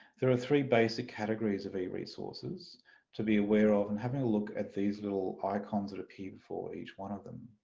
there are three basic categories of eresources to be aware of and having a look at these little icons that appear before each one of them.